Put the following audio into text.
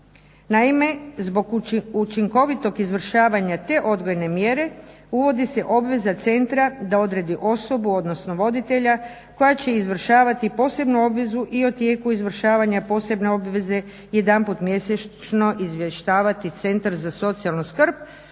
Naime, zbog učinkovitog izvršavanja te odgojne mjere uvodi se obveza centra da odredi osobu, odnosno voditelja koja će izvršavati posebnu obvezu i o tijeku izvršavanja posebne obveze jedanput mjesečno izvještavati Centar za socijalnu skrb,